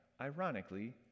ironically